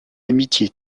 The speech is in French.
amitié